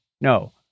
no